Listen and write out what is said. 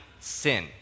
sin